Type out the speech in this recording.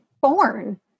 born